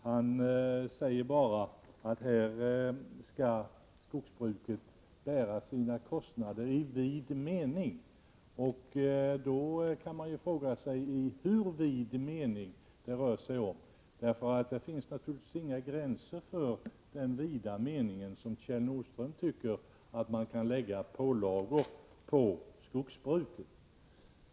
Han säger bara att skogsbruket skall bära sina kostnader i vid mening. Då kan man fråga sig hur vid mening det rör sig om. För det finns naturligtvis inga gränser för den vida mening enligt vilken Kjell Nordström tycker att man kan lägga pålagor på skogsbruket.